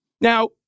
Now